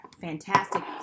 fantastic